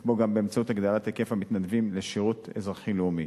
כמו גם באמצעות הגדלת היקף המתנדבים לשירות אזרחי לאומי.